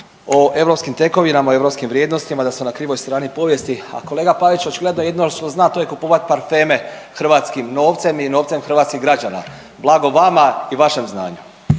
o europskim tekovinama i europskim vrijednostima, da smo na krivoj strani povijesti. A kolega Pavić očigledno jedino što zna to je kupovati parfeme hrvatskim novcem i novcem hrvatskih građana. Blago vama i vašem znanju.